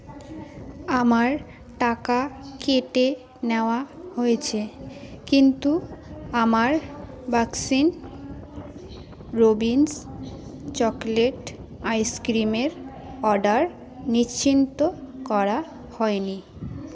আমার টাকা কেটে নেওয়া হয়েছে কিন্তু আমার ব্যাস্কিন রোবিন্স চকোলেট আইসক্রিমের অর্ডার নিশ্চিত করা হয় নি